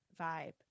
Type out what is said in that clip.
vibe